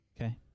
Okay